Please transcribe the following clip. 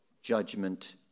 judgment